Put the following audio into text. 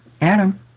Adam